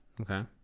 Okay